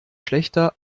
schlechter